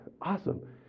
awesome